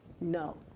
No